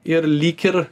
ir lyg ir